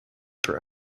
for